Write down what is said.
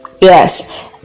Yes